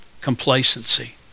complacency